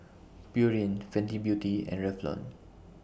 Pureen Fenty Beauty and Revlon